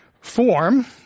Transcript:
form